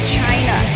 China